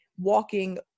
walking